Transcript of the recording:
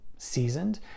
seasoned